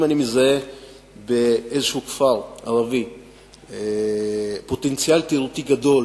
אם אני מזהה באיזה כפר ערבי פוטנציאל תיירות גדול